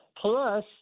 Plus